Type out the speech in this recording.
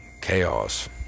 chaos